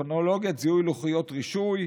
טכנולוגיית זיהוי לוחיות רישוי,